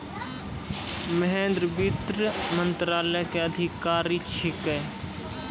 महेन्द्र वित्त मंत्रालय के अधिकारी छेकै